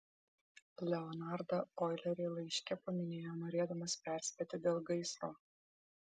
leonardą oilerį laiške paminėjo norėdamas perspėti dėl gaisro